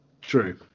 true